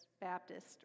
Baptist